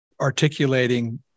articulating